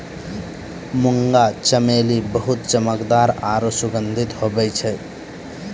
मुंगा चमेली बहुत चमकदार आरु सुगंधित हुवै छै